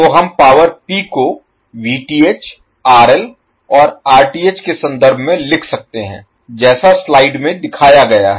तो हम power P को Vth RL और Rth के संदर्भ में लिख सकते हैं जैसा स्लाइड में दिखाया गया है